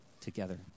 together